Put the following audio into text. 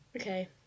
Okay